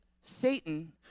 Satan